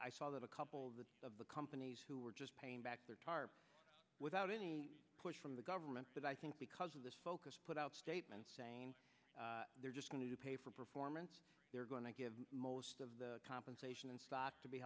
i saw that a couple of the companies who were just paying back their tarp without any push from the government for that i think because of the focus put out statements saying they're just going to pay for performance they're going to give most of the compensation and stock to be